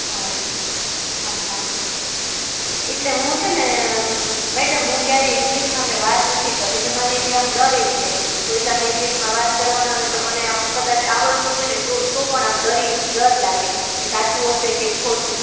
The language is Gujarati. હમ હમ હમ એટલે હું છે ને મેડમ હું ક્યારેય મેં ઇંગ્લિશમાં મેં વાત નથી કરી અને મને એકદમ ડર એય છે કોઈ સાથે ઇંગ્લિશમાં વાત કરવાનો હોય તો મને આ કદાચ આવડતું હોયને તો તો પણ આમ ડરી ડર લાગે કે સાચું હશે કે ખોટું